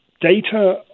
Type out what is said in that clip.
data